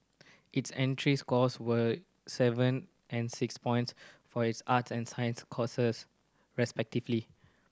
its entry scores were seven and six points for its arts and science courses respectively